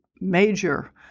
major